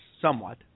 somewhat